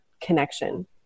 connection